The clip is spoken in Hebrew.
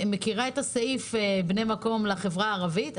אני מכירה את הסעיף של בני מקום לחברה הערבית.